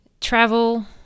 travel